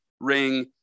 ring